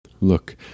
Look